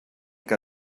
que